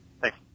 Thanks